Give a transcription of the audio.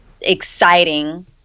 exciting